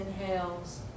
inhales